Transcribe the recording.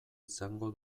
izango